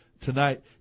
tonight